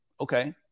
Okay